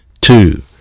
Two